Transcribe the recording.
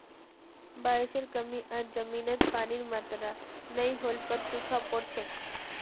बारिशेर कमी आर जमीनत पानीर मात्रा नई होल पर सूखा पोर छेक